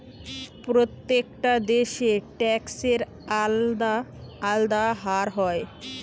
প্রত্যেকটা দেশে ট্যাক্সের আলদা আলদা হার হয়